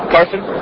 Carson